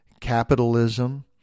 capitalism